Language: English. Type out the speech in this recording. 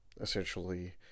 essentially